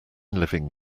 living